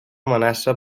amenaça